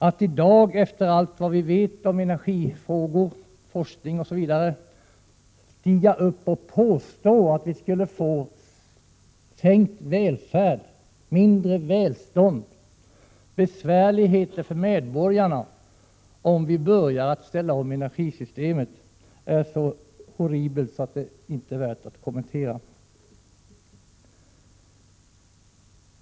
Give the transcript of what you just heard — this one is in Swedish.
Att i dag, mot bakgrund av allt vad vi vet om energifrågor, forskning osv., stiga upp och påstå att vi skulle få sänkt välfärd, mindre välstånd, besvärligheter för medborgarna, om vi börjar ställa om energisystemet, är så horribelt att det inte är värt att kommenteras.